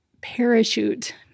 parachute